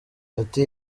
ati